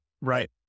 Right